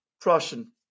Prussian